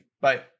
Bye